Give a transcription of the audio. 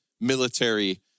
military